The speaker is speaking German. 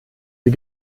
sie